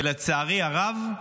ולצערי הרב,